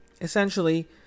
essentially